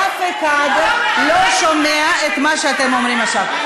אף אחד לא שומע את מה שאתם אומרים עכשיו,